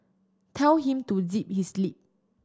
tell him to zip his lip